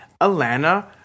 Alana